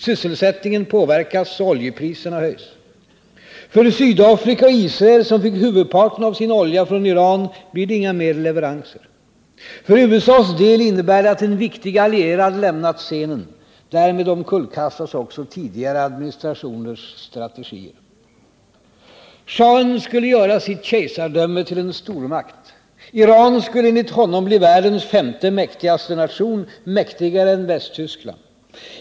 Sysselsättningen påverkas, och oljepriserna höjs. För Sydafrika och Israel, som fick huvudparten av sin olja från Iran, blir det inga mer leveranser. För USA:s del innebär det att en viktig allierad lämnat scenen. Därmed omkullkastas också tidigare administrationers strategier. Schahen skulle göra sitt kejsardöme till en stormakt. Iran skulle enligt honom bli världens femte mäktigaste nation, mäktigare än Västtyskland.